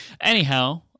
Anyhow